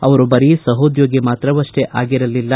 ಅವರು ಬರೀ ಸಹದ್ಯೋಗಿ ಮಾತ್ರವಷ್ಷೇ ಆಗಿರಲಿಲ್ಲ